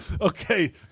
Okay